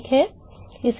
ठीक है